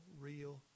real